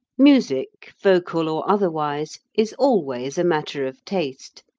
music, vocal or otherwise, is always a matter of taste,